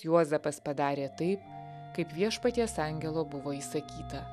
juozapas padarė taip kaip viešpaties angelo buvo įsakyta